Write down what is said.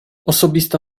osobista